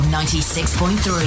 96.3